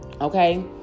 okay